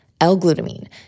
L-glutamine